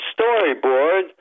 storyboard